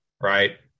right